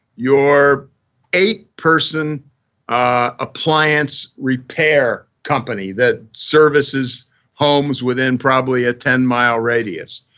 your eight person appliance repair company that services homes within probably a ten mile radius.